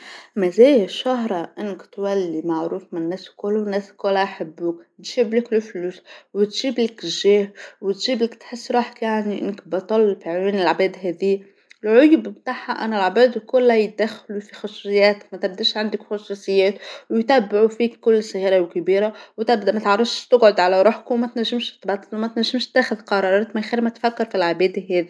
مزايا الشهرة أنك تولي معروف من الناس الكل والناس كلها يحبوك، تجيبلك الفلوس وتجيبلك الجاه وتجيب لك تحس روحك يعني أنك بطل في عيون العباد هاذي، العيب بتاعها أن العباد كلها يتدخلوا في خصوصيات ما تبجاش عندك خصوصيات ويتبعوا فيك كل صغيرة وكبيرة وتبدأ متعرفش تقعد على روحك وما تنجمش تب وما تنجمش تاخذ قرارات من غير ما تفكر في العبادة هاذي.